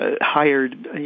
hired